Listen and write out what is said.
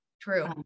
true